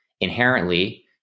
inherently